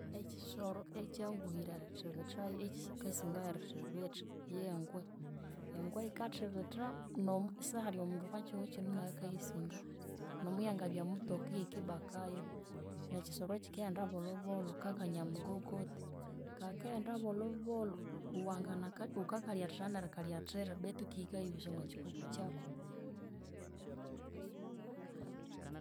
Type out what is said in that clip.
Ekyisoro ekyanguhire erithibithayu, ekyikasingayu erithibitha yengwe. Engwe yikathibitha nomu sihalhi omundu okwakyihughu kyinu nayakakyisinganomuyangabya mutooka iyiki bakayu. Nekyisoro ekyikaghenda bolhobolho kakanyamugogoto. Kakaghenda bolhobolho, wanganaka wukakalyathira nerikalyathira bethu ki ikayibisa omwakyikuku kyaku